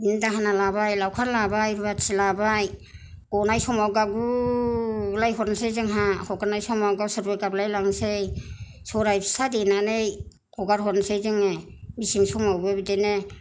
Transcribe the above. दाहोना लाबाय लावखार लाबाय रुवाथि लाबाय ग'नाय समाव गाबगुलायहरनसै जोंहा हगारनाय समाव गावसोरबो गाबलायलायलांसै सौराय फिथा देनानै हगारहनोसै जोङो मेसें समावबो बिदिनो